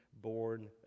born